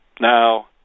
Now